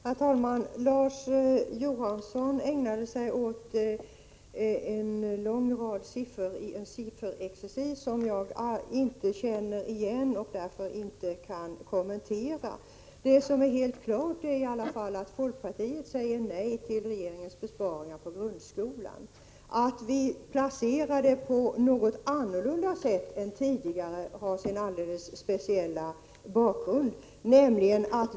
Herr talman! Larz Johansson ägnade sig åt en lång rad siffror i en sifferexercis som jag inte känner igen och därför inte kan kommentera. Helt klart är dock att folkpartiet säger nej till regeringens besparingar på grundskolan. Att vi placerar medlen på ett något annorlunda sätt än tidigare har sin speciella bakgrund.